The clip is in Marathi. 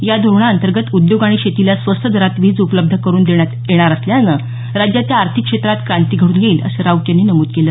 या धोरणांर्गत उद्योग आणि शेतीला स्वस्त दरात वीज उपलब्ध करून देण्यात येणार असल्यानं राज्याच्या आर्थिक क्षेत्रात क्रांती घडून येईल असं राऊत यांनी नमूद केलं